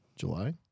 July